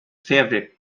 fabric